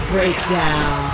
Breakdown